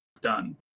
done